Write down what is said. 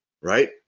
right